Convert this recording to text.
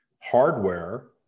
hardware